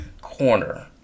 corner